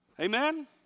amen